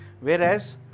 whereas